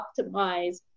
optimize